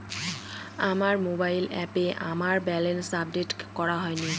আমার মোবাইল অ্যাপে আমার ব্যালেন্স আপডেট করা হয়নি